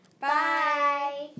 Bye